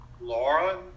Laura